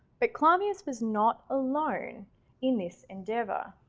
but clavius was not alone in this endeavor.